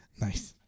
Nice